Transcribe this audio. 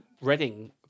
Reading